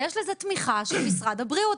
יש לזה תמיכה של משרד הבריאות,